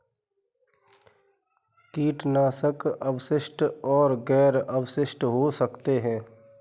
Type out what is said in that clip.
कीटनाशक अवशिष्ट और गैर अवशिष्ट हो सकते हैं